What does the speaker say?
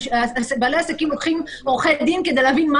ובעלי עסקים לוקחים עורכי דין כדי להבין מה